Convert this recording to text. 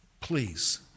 Please